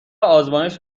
آزمایش